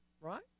Right